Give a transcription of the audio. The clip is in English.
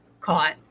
caught